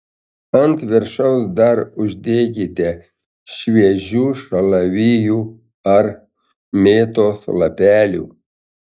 ant viršaus dar uždėkite šviežių šalavijų ar mėtos lapelių